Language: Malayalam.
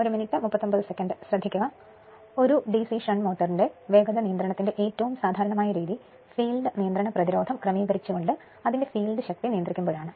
ഒരു DC ഷണ്ട് മോട്ടോറിന്റെ വേഗത നിയന്ത്രണത്തിന്റെ ഏറ്റവും സാധാരണമായ രീതി ഫീൽഡ് നിയന്ത്രണ പ്രതിരോധം ക്രമീകരിച്ചുകൊണ്ട് അതിന്റെ ഫീൽഡ് ശക്തി നിയന്ത്രിക്കുമ്പോഴാണ്